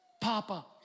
Papa